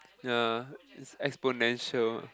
ya is exponential